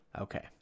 Okay